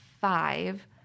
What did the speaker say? five